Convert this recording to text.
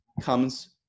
comes